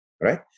right